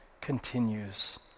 continues